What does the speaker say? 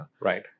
Right